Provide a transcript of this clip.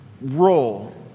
role